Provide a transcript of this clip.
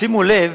תשימו לב